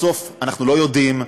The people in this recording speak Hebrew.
בסוף אנחנו לא יודעים,